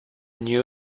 new